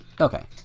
Okay